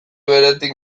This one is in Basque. beretik